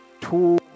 Two